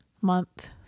month